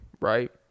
right